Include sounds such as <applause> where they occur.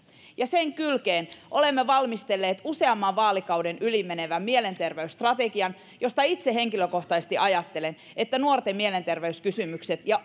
sen kylkeen olemme valmistelleet useamman vaalikauden yli menevän mielenterveysstrategian josta itse henkilökohtaisesti ajattelen että nuorten mielenterveyskysymykset ja <unintelligible>